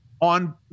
On